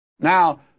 Now